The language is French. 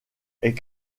est